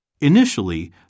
Initially